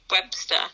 webster